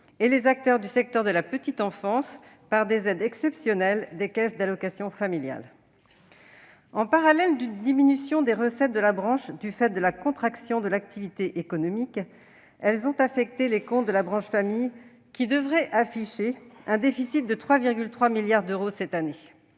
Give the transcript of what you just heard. et les acteurs du secteur de la petite enfance, par des aides exceptionnelles des caisses d'allocations familiales. En parallèle d'une diminution des recettes de la branche du fait de la contraction de l'activité économique, ces dépenses ont affecté les comptes de la branche famille, qui devraient afficher un déficit de 3,3 milliards d'euros cette année.